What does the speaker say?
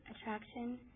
Attraction